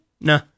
No